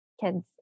kids